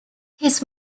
his